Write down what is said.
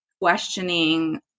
questioning